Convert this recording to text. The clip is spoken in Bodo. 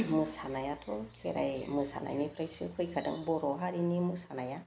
मोसानायाथ' खेराइ मोसानायनिफ्रायसो फैखादों बर' हारिनि मोसानाया